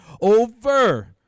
over